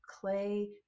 clay